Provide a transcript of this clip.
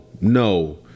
no